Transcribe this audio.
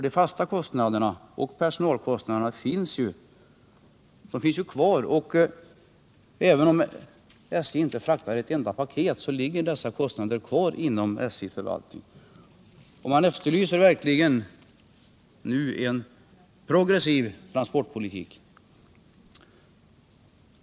De fasta kostnaderna finns ju kvar. Även om SJ inte fraktar ett enda paket ligger dessa kostnader kvar inom SJ-förvaltningen. Man efterlyser nu verkligen en progressiv transportpolitik.